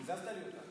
קיזזת לי אותה,